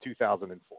2004